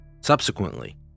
Subsequently